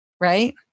right